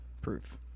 proof